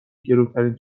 گرونترین